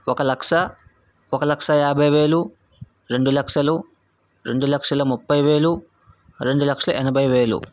ఒక లక్ష ఒక లక్ష యాభై వేలు రెండు లక్షలు రెండు లక్షల ముప్పై వేలు రెండు లక్షల ఎనభై వేలు